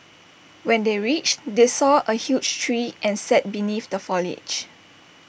when they reached they saw A huge tree and sat beneath the foliage